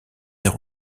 air